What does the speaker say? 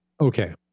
Okay